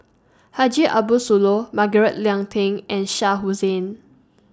Haji Ambo Sooloh Margaret Leng Tan and Shah Hussain